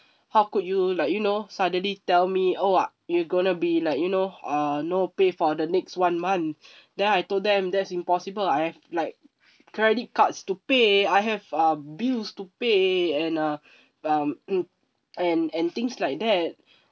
how could you like you know suddenly tell me oh uh you going to be like you know uh no pay for the next one month then I told them that's impossible I've like credit cards to pay I have uh bills to pay and uh um and and things like that